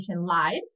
live